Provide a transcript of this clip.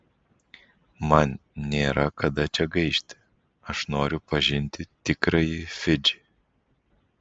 man nėra kada čia gaišti aš noriu pažinti tikrąjį fidžį